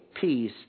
peace